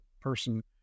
person